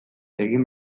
egin